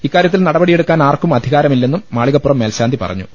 ഇക്കാരൃത്തിൽ നടപടിയെടുക്കാൻ ആർക്കും അധികാരമില്ലെന്നും മാളികപ്പുറം മേൽശാന്തി പറഞ്ഞു